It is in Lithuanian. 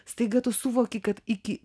staiga tu suvoki kad iki